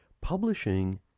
Publishing